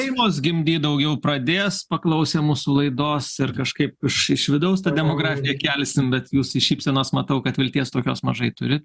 šeimos gimdyt daugiau pradės paklausę mūsų laidos ir kažkaip iš iš vidaus tą demografiją kelsim bet jūs iš šypsenos matau kad vilties tokios mažai turit